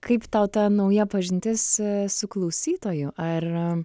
kaip tau ta nauja pažintis su klausytoju ar